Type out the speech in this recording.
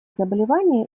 заболевания